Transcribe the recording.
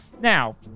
Now